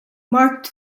marked